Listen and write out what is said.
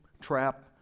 trap